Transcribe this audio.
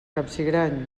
capsigrany